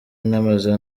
namaze